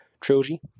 Trilogy